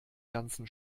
ganzen